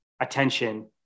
attention